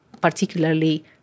particularly